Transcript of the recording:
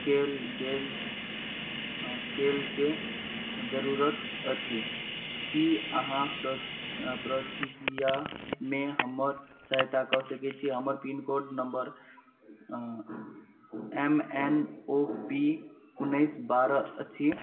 कएल गेल कएलके जरूरत अछि कि अहाँ प्र प्रक्रियामे हमर सहायता कऽ सकै छिए हमर pin code number M N O P उनैस बारह अछि